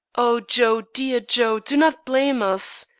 o joe, dear joe, do not blame us!